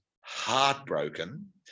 heartbroken